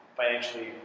Financially